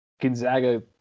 Gonzaga